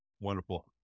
Wonderful